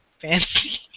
Fancy